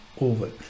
over